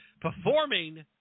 performing